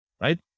right